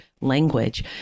language